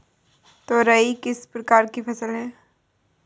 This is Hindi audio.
तोरई किस प्रकार की फसल है?